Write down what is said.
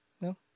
No